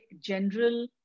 general